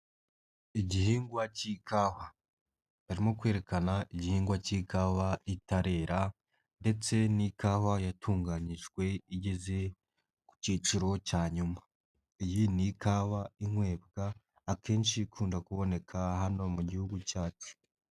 Igihingwa cy'ikawa barimo kwerekana igihingwa cy'ikawa itarera ndetse n'ikawa yatunganyijwe igeze ku cyiciro cya nyuma, iyi ni ikawa inywebwa akenshi ikunda kuboneka hano mu gihugu cyacu.